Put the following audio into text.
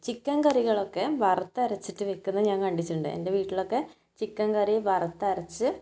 chicken കറികളൊക്കെ വറുത്തരച്ചിട്ട് വെയ്ക്കുന്നത് ഞാൻ കണ്ടിട്ടുണ്ട് എന്റെ വീട്ടിലൊക്കെ ചിക്കൻ കറി വറുത്തരച്ച്